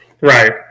Right